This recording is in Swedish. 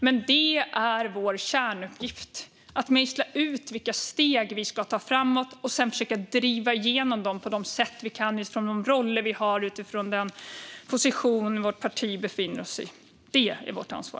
Men det är vår kärnuppgift att mejsla ut vilka steg vi ska ta framåt och sedan försöka driva igenom dem på det sätt vi kan, utifrån de roller vi har och utifrån den position våra partier befinner sig i. Det är vårt ansvar.